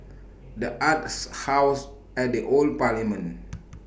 The Arts House At The Old Parliament